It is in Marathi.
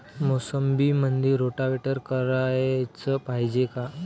मोसंबीमंदी रोटावेटर कराच पायजे का?